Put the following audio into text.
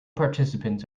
participants